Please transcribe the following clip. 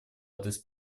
адрес